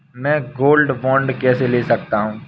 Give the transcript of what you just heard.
मैं gold bond कैसे ले सकता हूँ?